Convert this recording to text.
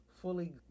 Fully